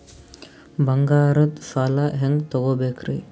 ಬಂಗಾರದ್ ಸಾಲ ಹೆಂಗ್ ತಗೊಬೇಕ್ರಿ?